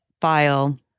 file